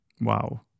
wow